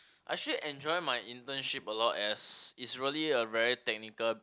I actually enjoy my internship a lot as is really a very technical